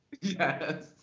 Yes